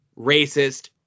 racist